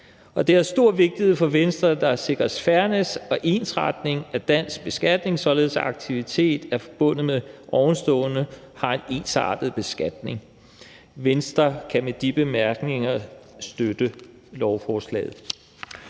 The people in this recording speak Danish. Det har stor vigtighed for Venstre, at der er sikret fairness og ensretning af dansk beskatning, således af aktiviteter, der er forbundet med ovenstående, har en ensartet beskatning. Venstre kan med de bemærkninger støtte lovforslaget.